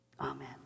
Amen